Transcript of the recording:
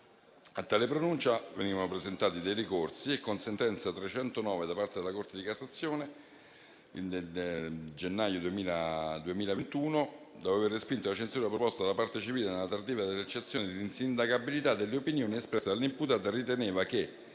a tale pronuncia venivano presentati dei ricorsi e con sentenza n. 309 da parte della Corte di cassazione nel gennaio 2021, dopo aver respinto la censura proposta dalla parte civile sulla tardività dell'eccezione di insindacabilità delle opinioni espresse dall'imputata, si riteneva che